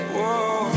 Whoa